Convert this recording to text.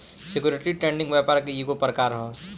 security trading व्यापार के ईगो प्रकार ह